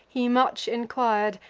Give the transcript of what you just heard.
he much enquir'd,